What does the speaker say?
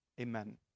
amen